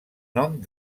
nom